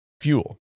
fuel